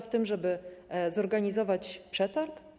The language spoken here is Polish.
W tym, żeby zorganizować przetarg?